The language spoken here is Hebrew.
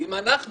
אם אנחנו